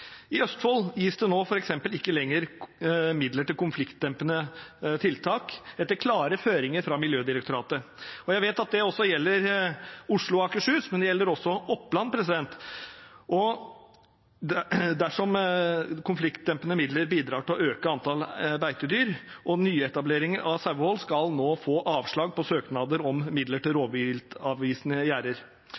I Østfold gis det nå f.eks. ikke lenger midler til konfliktdempende tiltak, etter klare føringer fra Miljødirektoratet – jeg vet at det også gjelder Oslo og Akershus, og også Oppland – dersom konfliktdempende midler bidrar til å øke antall beitedyr. Nyetableringer av sauehold skal nå få avslag på søknad om midler til rovviltavvisende gjerder,